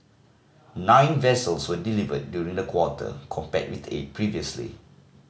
nine vessels were delivered during the quarter compared with eight previously